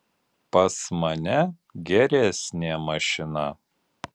pas mane geresnė mašina